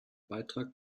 beitrag